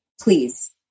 Please